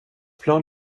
plan